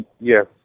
Yes